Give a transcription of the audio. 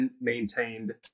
maintained